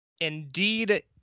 Indeed